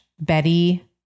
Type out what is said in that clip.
Betty